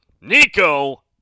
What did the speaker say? Nico